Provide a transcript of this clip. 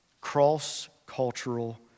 Cross-cultural